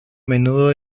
menudo